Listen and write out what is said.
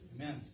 Amen